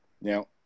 Now